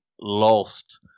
lost